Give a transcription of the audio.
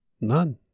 None